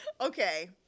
Okay